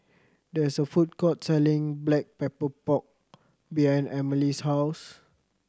there is a food court selling Black Pepper Pork behind Emelie's house